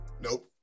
Nope